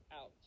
out